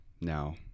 Now